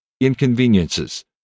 inconveniences